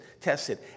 tested